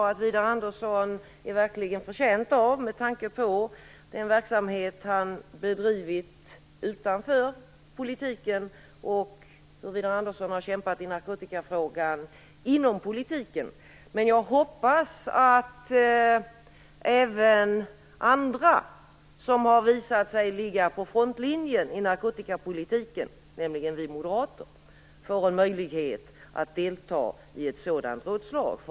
Det är Widar Andersson verkligen förtjänt av med tanke på den verksamhet som han har bedrivit utanför politiken och på hur Widar Andersson har kämpat med narkotikafrågor inom politiken. Jag hoppas att även andra som har visat sig ligga på frontlinjen när det gäller narkotikapolitiken - nämligen vi moderater - får en möjlighet att delta i ett sådant rådslag.